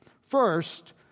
First